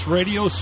Radio